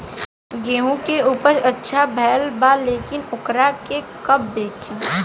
गेहूं के उपज अच्छा भेल बा लेकिन वोकरा के कब बेची?